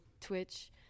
Twitch